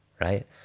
right